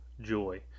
joy